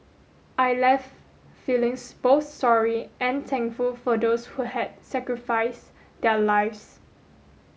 I left feelings both sorry and thankful for those who had sacrifice their lives